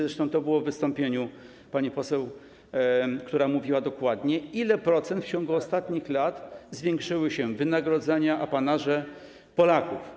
Zresztą to było w wystąpieniu pani poseł, która mówiła dokładnie, o ile procent w ciągu ostatnich lat zwiększyły się wynagrodzenia, apanaże Polaków.